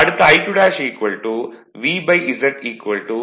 அடுத்து I2 VZ 90